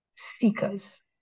seekers